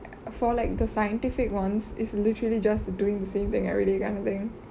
for like the scientific ones is literally just doing the same thing everyday kind of thing